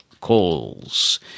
calls